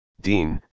Dean